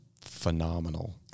phenomenal